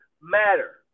matter